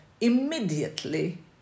immediately